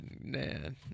Man